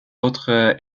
autres